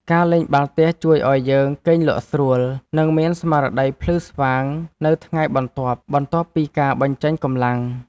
ការលេងបាល់ទះជួយឱ្យយើង គេងលក់ស្រួល និងមានស្មារតីភ្លឺស្វាងនៅថ្ងៃបន្ទាប់ បន្ទាប់ពីការបញ្ចេញកម្លាំង។